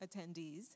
attendees